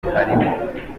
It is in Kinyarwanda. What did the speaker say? harimo